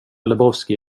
lebowski